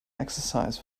exercise